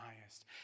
highest